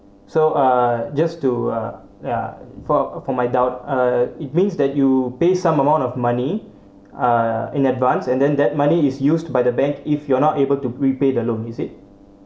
so uh just to uh ya for for my doubt uh it means that you pay some amount of money uh in advance and then that money is used by the bank if you're not able to repay the loan is it